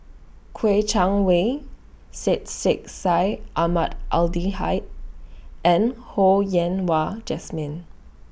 Kouo Shang Wei Syed Sheikh Syed Ahmad Al Hadi and Ho Yen Wah Jesmine